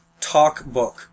talkbook